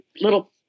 little